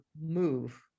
move